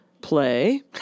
play